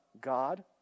god